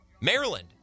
Maryland